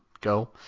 go